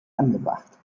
angebracht